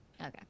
Okay